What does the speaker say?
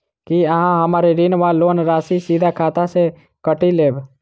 की अहाँ हम्मर ऋण वा लोन राशि सीधा खाता सँ काटि लेबऽ?